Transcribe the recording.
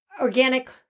organic